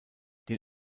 den